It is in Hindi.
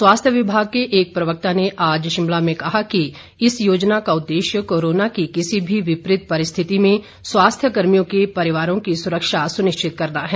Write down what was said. स्वास्थ्य विभाग के एक प्रवक्ता ने आज शिमला में कहा कि इस योजना का उद्देश्य कोरोना की किसी भी विपरीत परिस्थिति में स्वास्थ्य कर्मियों के परिवारों की सुरक्षा सुनिश्चित करना है